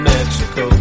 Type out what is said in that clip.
Mexico